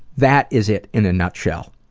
that is it in a nutshell.